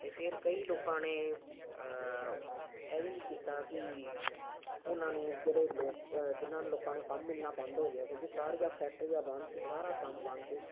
ਅਤੇ ਫਿਰ ਕਈ ਲੋਕਾਂ ਨੇ ਇਹ ਵੀ ਕੀਤਾ ਕਿ ਉਹਨਾਂ ਨੂੰ ਜਿਹੜੇ ਲੋਕ ਜਿਹਨਾਂ ਲੋਕਾਂ ਨੂੰ ਕੰਮ ਮਿਲਣਾ ਬੰਦ ਹੋ ਗਿਆ ਕਿਉਂਕਿ ਸਾਰੀਆਂ ਫੈਕਟਰੀਆਂ ਬੰਦ ਸੀ ਸਾਰਾ ਕੰਮ ਬੰਦ ਸੀ